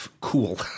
Cool